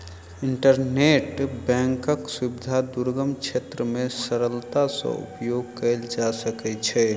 internet बैंकक सुविधा दुर्गम क्षेत्र मे सरलता सॅ उपयोग कयल जा सकै छै